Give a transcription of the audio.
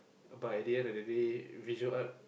but at the end of the day visual art